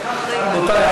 רבותי,